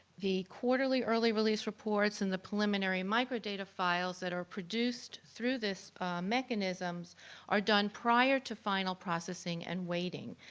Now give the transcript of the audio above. the quarterly early release reports and the preliminary microdata files that are produced through this mechanisms are done prior to final processing and weighting.